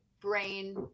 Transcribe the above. brain